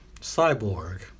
Cyborg